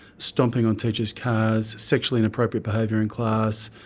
stomping on teachers' cars, sexually inappropriate behaviour in class.